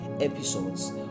episodes